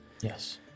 Yes